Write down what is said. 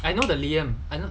I know the liam